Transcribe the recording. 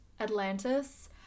atlantis